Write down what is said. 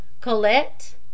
Colette